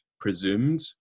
presumed